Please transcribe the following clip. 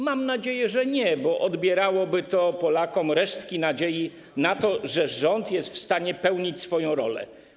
Mam nadzieję, że nie, bo odbierałoby to Polakom resztki nadziei na to, że rząd jest w stanie pełnić swoje funkcje.